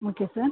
okay sir